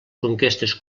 conquestes